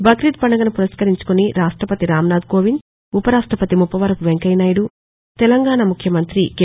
బక్రీద్ పండుగను పురస్కరించుకుని రాష్టపతి రాంనాథ్ కోవింద్ ఉప రాష్టపతి ముప్పవరపు వెంకయ్యనాయుడు తెలంగాణ ముఖ్యమంతి కె